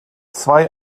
zwei